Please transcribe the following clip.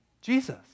Jesus